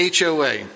HOA